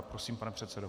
Prosím, pane předsedo.